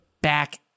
back